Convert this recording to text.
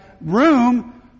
room